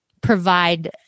provide